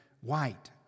white